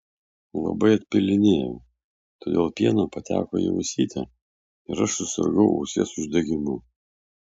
labai atpylinėjau todėl pieno pateko į ausytę ir aš susirgau ausies uždegimu